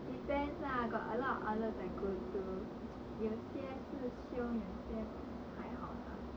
depends lah got a lot outlets I go to 有些事凶有些还好 lah